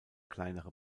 kleinere